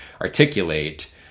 articulate